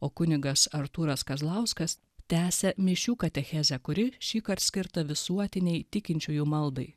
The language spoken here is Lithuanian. o kunigas artūras kazlauskas tęsia mišių katechezę kuri šįkart skirta visuotinei tikinčiųjų maldai